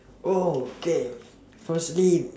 okay firstly